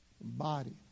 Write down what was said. body